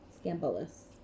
Scandalous